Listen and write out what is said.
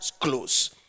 close